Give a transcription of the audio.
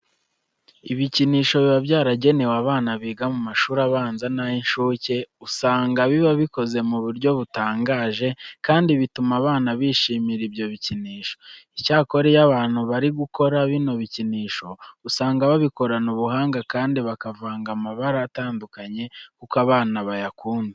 Ibikinisho biba byaragenewe abana biga mu mashuri abanza n'ay'incuke usanga biba bikoze mu buryo butangaje kandi bituma abana bishimira ibyo bikinisho. Icyakora iyo abantu bari gukora bino bikinisho usanga babikorana ubuhanga kandi bakavanga amabara atandukanye kuko abana bayakunda.